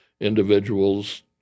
individuals